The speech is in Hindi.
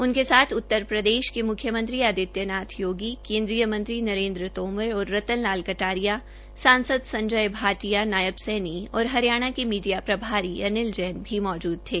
उनके साथ उत्तरप्रदेश के मुख्यमंत्री आदित्य योगी नाथ केन्द्रीय मंत्री नरेन्द्र तोमर और रतन लाल कटारिया सांसद संजय भाटिया नायब सैनी और हरियाणा के मीडिया प्रभारी अनिल जैन भी मौजूद थे